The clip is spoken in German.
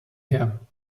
her